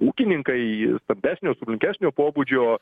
ūkininkai stambesnio smulkesnio pobūdžio